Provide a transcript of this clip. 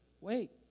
wait